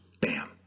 bam